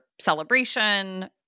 celebration